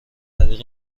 طریق